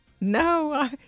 No